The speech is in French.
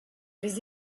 les